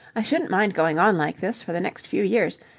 i shouldn't mind going on like this for the next few years,